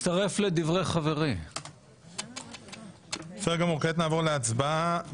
הצעה של חבר הכנסת מוסי רז שאוחדה עם ההצעה שלי לפי החלטת ועדת